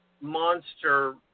monster